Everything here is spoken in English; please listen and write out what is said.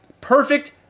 Perfect